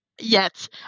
Yes